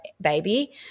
baby –